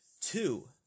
two